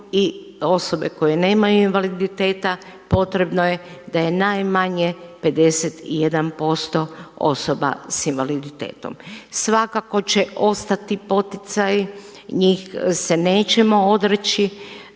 i osobe koje nemaju invaliditeta, potrebno je da je najmanje 51% osoba sa invaliditetom. Svakako će ostati poticaji, njih se nećemo odreći,